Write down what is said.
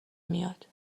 میاد